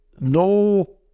No